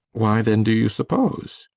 why then, do you suppose?